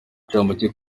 incamake